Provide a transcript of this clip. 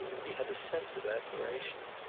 he had a sense of admiration.